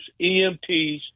EMTs